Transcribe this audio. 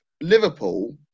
Liverpool